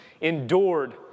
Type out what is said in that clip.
endured